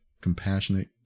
compassionate